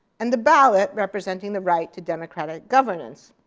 and the ballot representing the right to democratic governance.